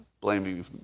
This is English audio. blaming